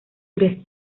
tres